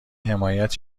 حمایت